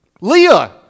Leah